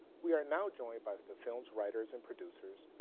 we are now joined by the film's writers and producers,